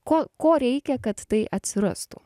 ko ko reikia kad tai atsirastų